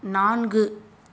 நான்கு